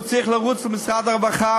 הוא צריך לרוץ למשרד הרווחה,